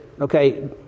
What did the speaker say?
okay